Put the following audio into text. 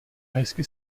hezky